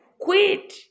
quit